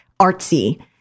artsy